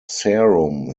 serum